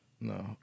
No